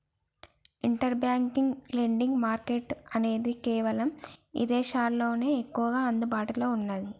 inter bank lending market అనేది కేవలం ఇదేశాల్లోనే ఎక్కువగా అందుబాటులో ఉన్నాది